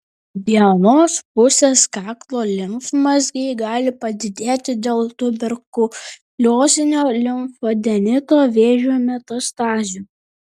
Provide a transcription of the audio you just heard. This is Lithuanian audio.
vienos pusės kaklo limfmazgiai gali padidėti dėl tuberkuliozinio limfadenito vėžio metastazių